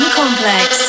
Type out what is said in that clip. complex